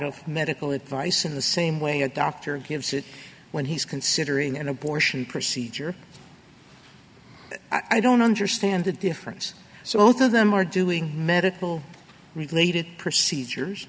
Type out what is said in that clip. of medical advice in the same way a doctor gives it when he's considering an abortion procedure i don't understand the difference so both of them are doing medical related procedures